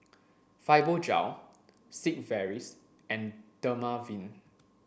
Fibogel Sigvaris and Dermaveen